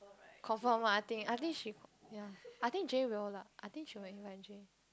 confirm ah I think at least she ya I think J will lah I think she will invite J